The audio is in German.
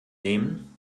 nehmen